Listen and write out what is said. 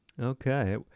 Okay